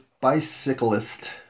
bicyclist